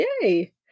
Yay